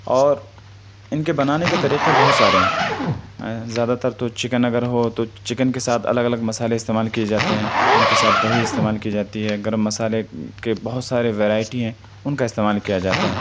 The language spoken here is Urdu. اور ان کے بنانے کے طریقے بہت سارے ہیں زیادہ تر تو چکن اگر ہو تو چکن کے ساتھ الگ الگ مسالے استعمال کیے جاتے ہیں ان کے ساتھ دہی استعمال کی جاتی ہے گرم مسالے کے بہت سارے ورائٹی ہیں ان کا استعمال کیا جاتا ہے